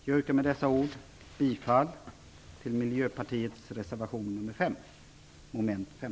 Jag yrkar med dessa ord bifall till